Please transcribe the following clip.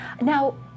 Now